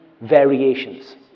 variations